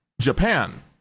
Japan